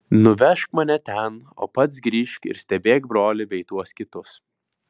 nuvežk mane ten o pats grįžk ir stebėk brolį bei tuos kitus